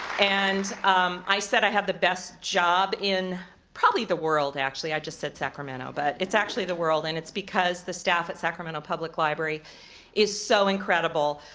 and i said i have the best job in probably the world, actually, i just said sacramento, but it's actually the world. and it's because the staff at sacramento public library is so incredible.